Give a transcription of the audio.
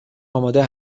آماده